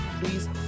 please